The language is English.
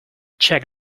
check